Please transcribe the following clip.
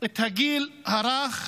את הגיל הרך,